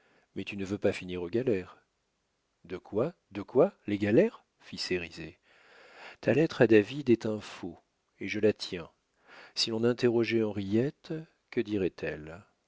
mais tu ne veux pas finir aux galères de quoi de quoi les galères fit cérizet ta lettre à david est un faux et je la tiens si l'on interrogeait henriette que